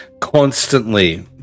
constantly